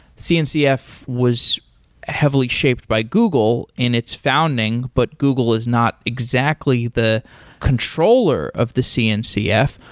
cncf was heavily shaped by google in its founding, but google is not exactly the controller of the cncf.